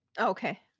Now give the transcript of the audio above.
Okay